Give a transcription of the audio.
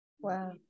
wow